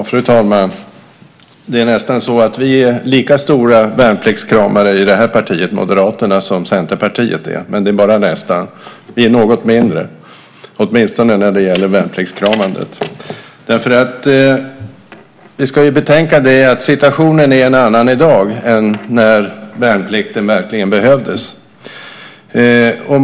Fru talman! Det är nästan så att vi är lika stora värnpliktskramare i Moderaterna som i Centerpartiet. Men det är bara nästan. Vi är något mindre - åtminstone när det gäller värnpliktskramandet. Vi ska betänka att situationen är en annan i dag än när värnplikten verkligen behövdes.